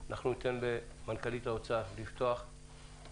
הצורך הזה עלה כמעט מתחילת המשבר,